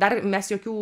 dar mes jokių